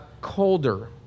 colder